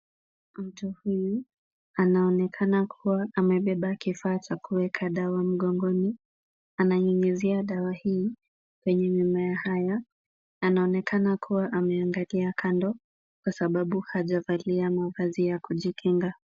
Mtu huyu, anaonekana kuwa amebeba kifaa cha kuweka dawa mgongoni. Ananyunyizia dawa hii kwenye mimea haya. Anaonekana kuwa ameangalia kando kwa sababu hajavalia mavazi ya kujikinga.